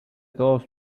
todos